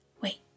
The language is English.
Wait